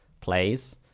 plays